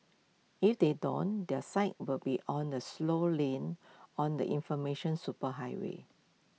if they don't their site will be on the slow lane on the information superhighway